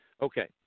Okay